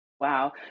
Wow